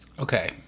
okay